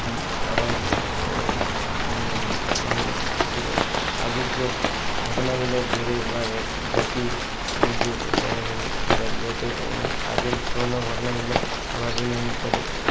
আবার মানে পুরো আগের যে ঘটনাগুলো ঘুরে আবার দেখি নিজের যেতে আগের পুরনো ঘটনাগুলো আবার রিমাইন্ড করি